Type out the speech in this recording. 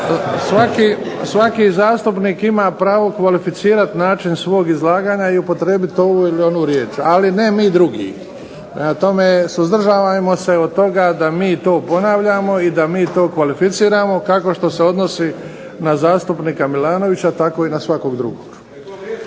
svaki zastupnik ima pravo kvalificirati način svog izlaganja i upotrijebiti ovu ili onu riječ ali ne mi drugi. Prema tome, suzdržavajmo se od toga da mi to ponavljamo i da mi to kvalificiramo kako što se odnosi na zastupnika Milanovića tako i na svakog drugog.